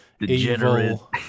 evil